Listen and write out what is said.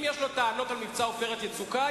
אם יש לו טענות על מבצע "עופרת יצוקה",